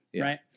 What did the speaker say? Right